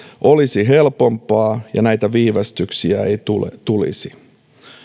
olisi helpompaa ja näitä viivästyksiä ei tulisi